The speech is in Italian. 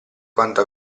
quanto